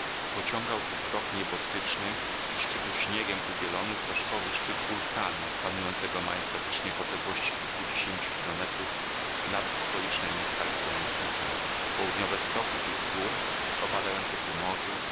pociągał tu wzrok niebotyczny u szczytu śniegiem ubielony stożkowy szczyt wulkanu panującego majestatycznie w odległości kilkudziesięciu kilometrów nad okolicznemi skalistemi wzgórzami południowe stoki tych gór opadające ku morzu